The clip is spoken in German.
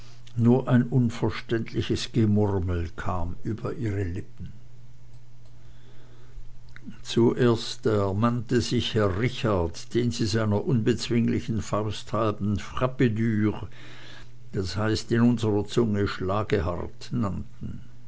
nur ein unverständliches gemurmel kam über ihre lippen zuerst ermannte sich herr richard den sie seiner unbezwinglichen faust halben frappedür das heißt in unserer zunge schlagehart nannten